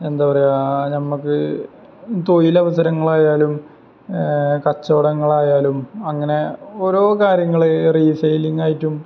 എന്താ പറയുക നമ്മള്ക്ക് തൊഴിലവസരങ്ങളായാലും കച്ചടവങ്ങളായാലും അങ്ങനെ ഓരോ കാര്യങ്ങളെ റീസെയിലിങ്ങായിട്ടും